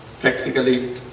Practically